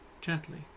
gently